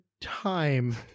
time